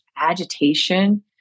agitation